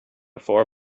four